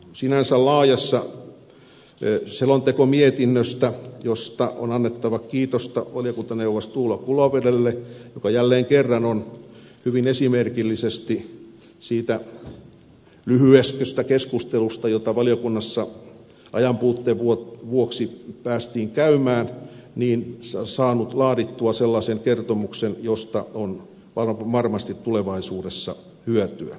tästä sinänsä laajasta selontekomietinnöstä on annettava kiitosta valiokuntaneuvos tuula kulovedelle joka jälleen kerran on hyvin esimerkillisesti siitä lyhyehköstä keskustelusta jota valiokunnassa ajanpuutteen vuoksi päästiin käymään saanut laadittua sellaisen kertomuksen josta on varmasti tulevaisuudessa hyötyä